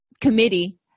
committee